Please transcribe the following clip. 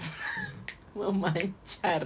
memacar